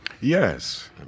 yes